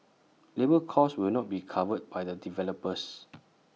labour cost will not be covered by the developers